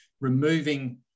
Removing